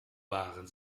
waren